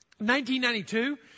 1992